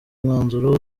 mwanzuro